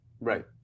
Right